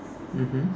mmhmm